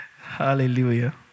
Hallelujah